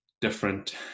different